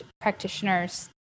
practitioners